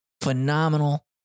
Phenomenal